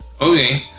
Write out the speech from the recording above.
okay